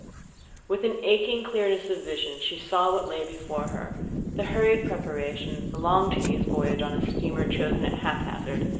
with an aching clearness of vision she saw what lay before her the hurried preparations, the long tedious voyage on a steamer chosen at haphazard,